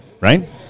right